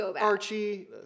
Archie